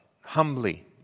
humbly